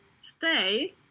stay